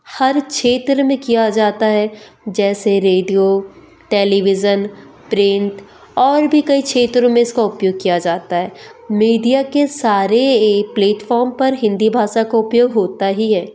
हर क्षेत्र में किया जाता है जैसे रेडियो टेलीविजन प्रिंट और भी कई क्षेत्रों में इसका उपयोग किया जाता है मीडिया के सारे ए प्लेटफॉर्म पर हिंदी भाषा का उपयोग होता ही है